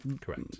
correct